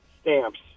stamps